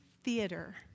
theater